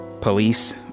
police